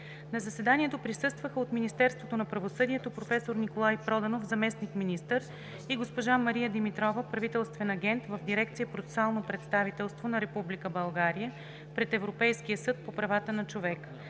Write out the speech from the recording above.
На заседанието присъстваха: от Министерството на правосъдието: професор Николай Проданов – заместник-министър, и госпожа Мария Димитрова – правителствен агент в Дирекция „Процесуално представителство на Република България пред Европейския съд по правата на човека”;